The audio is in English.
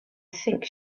think